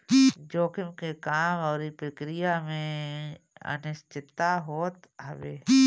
जोखिम के काम अउरी प्रक्रिया में अनिश्चितता होत हवे